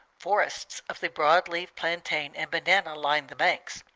forests of the broad-leaved plantain and banana line the banks.